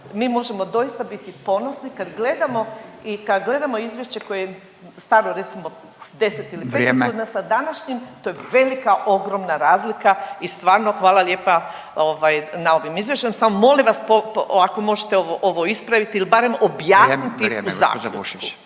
Mi možemo doista biti ponosni kad gledamo i kad gledamo izvješće koje je staro recimo 10 ili …/Upadica Radin: Vrijeme./… 15 godina sa današnjim to je velika ogromna razlika i stvarno hvala lijepa na ovom izvještaju. Samo molim vas ako možete ovo ispraviti ili barem objasniti …/Upadica